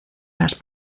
las